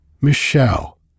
Michelle